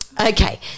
Okay